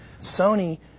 Sony